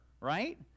right